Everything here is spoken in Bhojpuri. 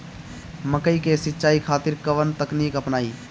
मकई के सिंचाई खातिर कवन तकनीक अपनाई?